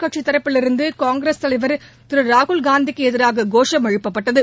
கட்சித் தரப்பிலிருந்து காங்கிரஸ் ஆளும் தலைவர் திரு ராகுல்காந்திக்கு எதிராகவும் கோஷம் எழுப்பப்பட்டது